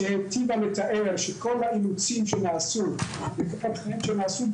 שהיטיבה לתאר שכל האילוצים שנעשו --- שנעשו,